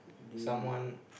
someone